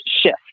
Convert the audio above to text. shift